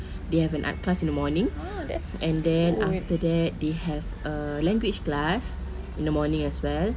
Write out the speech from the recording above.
they have an art class in the morning and then after that they have a language class in the morning as well